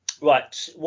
right